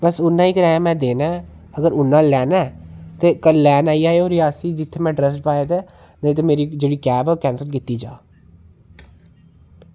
बस उन्ना ई किराया में देना ऐ अगर उन्ना लैना ऐ ते कल लैन आई जाएओ रियासी जित्थें में अड्रेस पाए दा नेईं तां मेरी जेह्ड़ी कैब ऐ ओह् कैंसल कीती जा